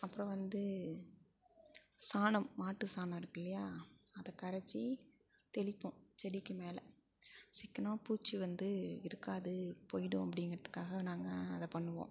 அப்புறம் வந்து சாணம் மாட்டு சாணம் இருக்குல்லையா அதை கரைச்சி தெளிப்போம் செடிக்கு மேலே சிக்கினா பூச்சி வந்து இருக்காது போய்விடும் அப்படிங்கிகறதுக்காக நாங்கள் அதை பண்ணுவோம்